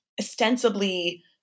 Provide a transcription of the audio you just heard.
ostensibly